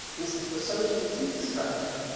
was the social superstructure.